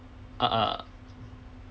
uh